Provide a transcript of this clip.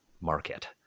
market